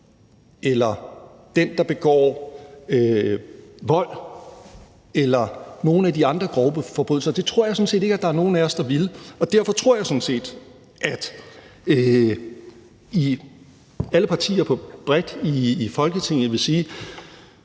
eller den, der begår vold eller nogen af de andre grove forbrydelser? Det tror jeg sådan set ikke at der er nogen af os der ville. Og derfor tror jeg sådan set, at alle partier bredt i Folketinget vil sige: